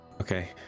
Okay